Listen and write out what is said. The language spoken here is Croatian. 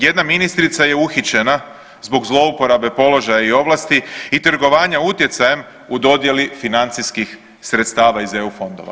Jedna ministrica je uhićena zbog zlouporabe položaja i ovlasti i trgovanja utjecajem u dodjeli financijskih sredstva iz eu fondova.